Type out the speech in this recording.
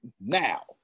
now